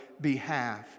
behalf